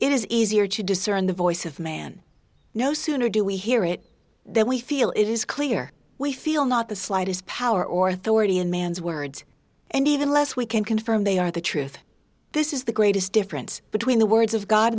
it is easier to discern the voice of man no sooner do we hear it then we feel it is clear we feel not the slightest power or authority in man's words and even less we can confirm they are the truth this is the greatest difference between the words of god